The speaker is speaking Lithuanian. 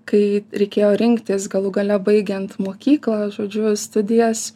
kai reikėjo rinktis galų gale baigiant mokyklą žodžiu studijas